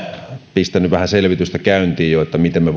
pistänyt vähän selvitystä käyntiin miten me